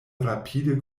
rapide